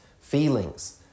feelings